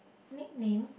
nick name